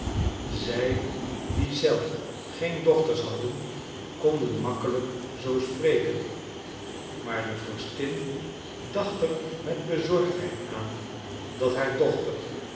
zij die zelf geen dochters hadden konden gemakkelijk zoo spreken maar de vorstin dacht er met bezorgdheid aan dat haar dochter